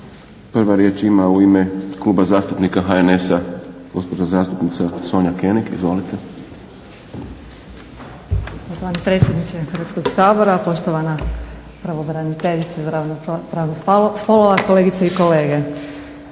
Prva riječ ima u ime Kluba zastupnika HNS-a gospođa zastupnica Sonja König. Izvolite. **König, Sonja (HNS)** Gospodine predsjedniče Hrvatskog sabora, poštovana pravobraniteljice za ravnopravnost spolova, kolegice i kolege.